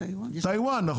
טאיוון.